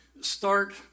start